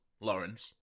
Lawrence